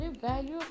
value